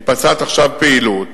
מתבצעת עכשיו פעילות